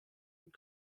und